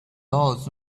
loss